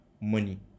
money